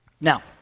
Now